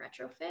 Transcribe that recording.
retrofit